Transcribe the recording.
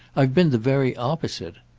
i've been the very opposite.